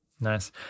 Nice